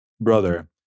brother